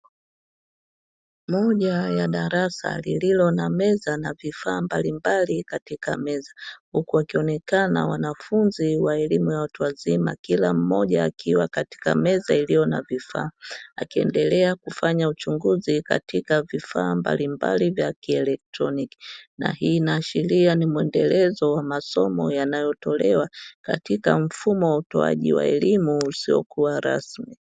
Moja ya darasa lililo na meza na vifaa mbalimbali katika meza, huku wakionekana wanafunzi wa elimu ya watu wazima kila mmoja akiwa katika meza iliyo na vifaa akiendelea kufanya uchunguzi katika vifaa mbalimbali vya kielektroniki. Na hii inaashiria ni muendelezo wa masomo yanayotolewa katika mfumo wa utoaji wa elimu usiokuwa rasmi.